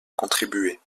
contribuer